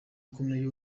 ukomeye